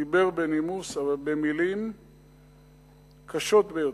דיבר בנימוס, אבל במלים קשות ביותר.